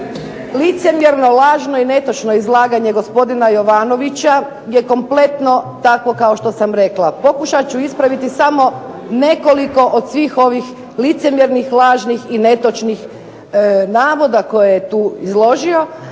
Licemjerno i netočno i lažno gospodina Jovanovića je kompletno tako kako sam rekla. Pokušat ću ispraviti samo nekoliko od svih ovih licemjernih, lažnih i netočnih navoda koje je tu izložio.